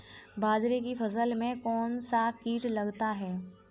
बाजरे की फसल में कौन सा कीट लगता है?